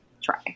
try